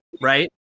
Right